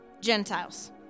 Gentiles